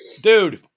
Dude